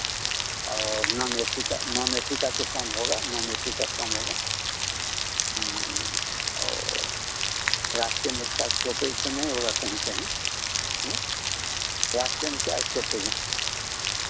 और non A C का non A C का तो कम होगा नॉन ए सी का कम होगा और रास्ते में उसका स्टॉपेज़ तो नहीं होगा कहीं कहीं रास्ते में क्या स्टॉपेज हैं